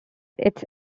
its